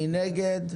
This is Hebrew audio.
מי נגד?